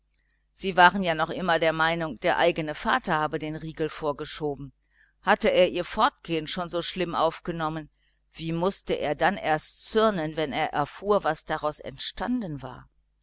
sie waren ja noch immer der meinung der eigene vater habe den riegel vorgeschoben hatte er ihr fortgehen schon so schlimm aufgenommen wie mußte er erst zürnen wenn er erfuhr was daraus entstanden war